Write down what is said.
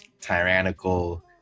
tyrannical